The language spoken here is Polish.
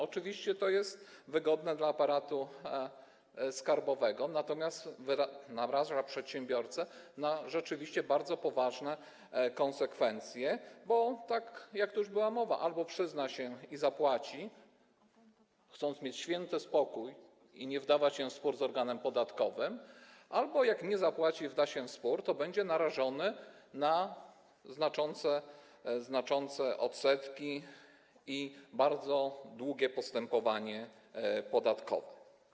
Oczywiście to jest wygodne dla aparatu skarbowego, natomiast naraża przedsiębiorcę na rzeczywiście bardzo poważne konsekwencje, bo jak już była tu mowa, albo przyzna się i zapłaci, gdy chce mieć święty spokój i nie chce wdawać się w spór z organem podatkowym, a jak nie zapłaci i wda się w spór, to będzie narażony na znaczące odsetki i bardzo długie postępowanie podatkowe.